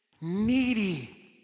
needy